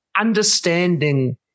understanding